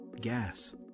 gas